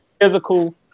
physical